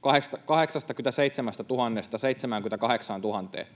87 000:sta 78 000:een.